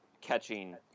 catching